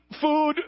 food